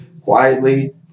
quietly